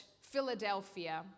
Philadelphia